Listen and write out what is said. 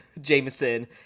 Jameson